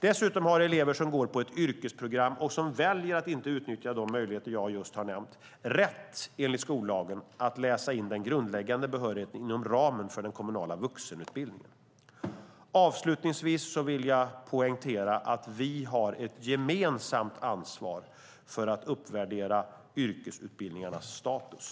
Dessutom har elever som går på ett yrkesprogram, och som väljer att inte utnyttja de möjligheter jag just har nämnt, rätt enligt skollagen att läsa in den grundläggande behörigheten inom ramen för den kommunala vuxenutbildningen. Avslutningsvis vill jag poängtera att vi har ett gemensamt ansvar för att uppvärdera yrkesutbildningarnas status.